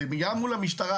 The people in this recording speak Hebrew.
וגם מול המשטרה,